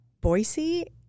Boise